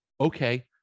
okay